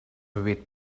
with